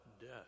death